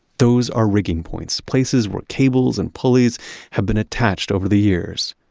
those are rigging points, places where cables and pulleys have been attached over the years.